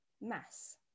mass